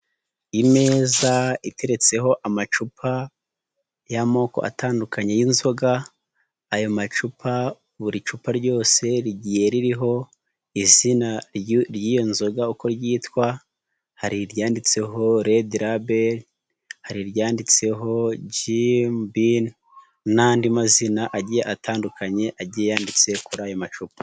Imeza iteretseho amacupa y'amoko atandukanye y'inzoga, ayo macupa buri cupa ryose rigiye ririho izina ry'iyo nzoga uko ryitwa, hari iryanditseho Red Rabel, hari iryanditseho JB n'andi mazina agiye atandukanye agiye yanditse kuri ayo macupa.